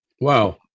Wow